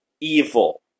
evil